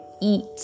eat